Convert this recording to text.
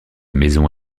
maison